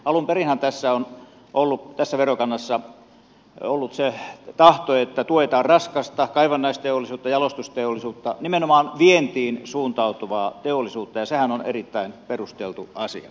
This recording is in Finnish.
alun perinhän tässä verokannassa on ollut se tahto että tuetaan raskasta teollisuutta kaivannaisteollisuutta jalostusteollisuutta nimenomaan vientiin suuntautuvaa teollisuutta ja sehän on erittäin perusteltu asia